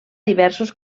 diversos